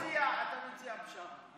יואב, אתה מציע פשרה?